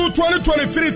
2023